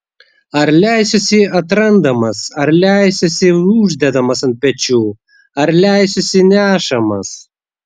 ar leisiuosi atrandamas ar leisiuosi uždedamas ant pečių ar leisiuosi nešamas